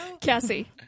Cassie